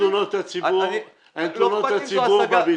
אין תלונות הציבור בביטוח הלאומי?